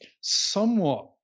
somewhat